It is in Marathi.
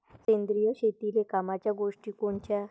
सेंद्रिय शेतीतले कामाच्या गोष्टी कोनच्या?